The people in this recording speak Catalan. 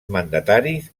mandataris